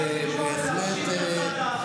תודה.